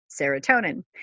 serotonin